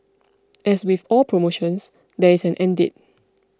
as with all promotions there is an end date